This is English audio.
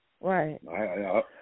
Right